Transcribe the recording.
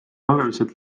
oluliselt